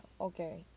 okay